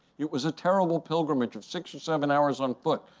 it was a terrible pilgrimage of six or seven hours on foot,